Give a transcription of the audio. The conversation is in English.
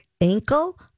Ankle